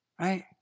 right